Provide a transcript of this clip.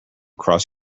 cross